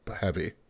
heavy